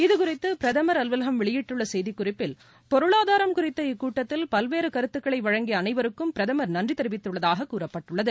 இதுகுறித்து பிரதமர் அலுவலகம் வெளியிட்டுள்ள செய்திக்குறிப்பில் பொருளாதாரம் குறித்த இக்கூட்டத்தில் பல்வேறு கருத்துக்களை வழங்கிய அனைவருக்கும் பிரதமர் நன்றி தெரிவித்துள்ளதாக கூறப்பட்டுள்ளது